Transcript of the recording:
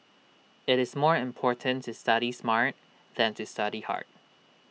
IT is more important to study smart than to study hard